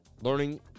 Learning